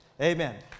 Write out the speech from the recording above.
Amen